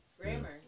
Grammar